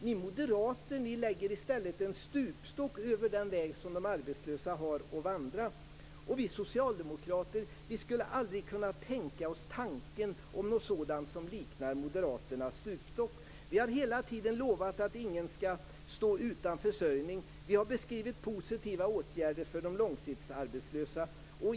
Ni moderater lägger i stället en stupstock över den väg som de arbetslösa har att vandra. Vi socialdemokrater skulle aldrig ens tänka på något som liknar moderaternas stupstock. Vi har hela tiden lovat att ingen skall stå utan försörjning. Vi har beskrivit positiva åtgärder för de långtidsarbetslösa.